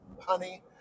Honey